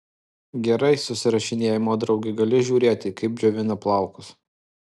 gerai susirašinėjimo drauge gali žiūrėti kaip džiovina plaukus